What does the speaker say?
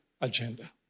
agenda